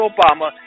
Obama